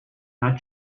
not